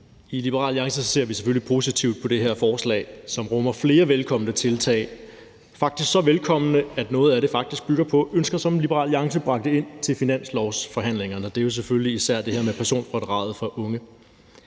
I Liberal Alliance ser vi selvfølgelig positivt på det her lovforslag, som rummer flere velkomne tiltag – faktisk så velkomne, at noget af det bygger på ønsker, som Liberal Alliance bragte ind til finanslovsforhandlingerne. Det er selvfølgelig især det her med personfradraget for unge.